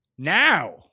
Now